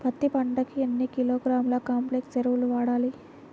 పత్తి పంటకు ఎన్ని కిలోగ్రాముల కాంప్లెక్స్ ఎరువులు వాడాలి?